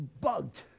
bugged